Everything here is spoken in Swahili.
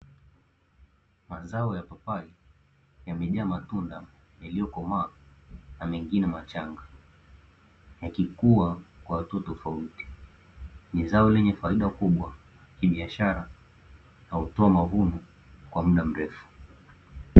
Mazao ya papai yamejaa matunda yaliyokomaa na mengine machanga, yakikua kwa hatua tofauti. Ni zao lenye faida kubwa kibiashara na hutoa mavuno kwa muda mrefu.